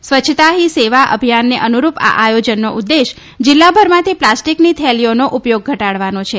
સ્વચ્છતા હી સેવા અભિયાનને અનુરૂપ આ આયોજનો ઉદ્દેશ્ય જિલ્લાભરમાંથી પ્લાસ્ટિકની થેલીઓનો ઉપયોગ ઘટાડવાનો છે